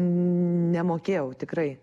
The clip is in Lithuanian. nemokėjau tikrai